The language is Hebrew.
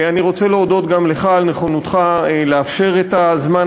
אני רוצה להודות גם לך על נכונותך לאפשר את הזמן